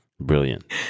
brilliant